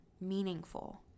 meaningful